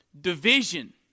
Division